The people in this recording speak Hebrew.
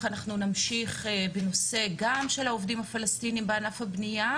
נמשיך גם בנושא העובדים הפלסטינים בבנייה